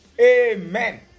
Amen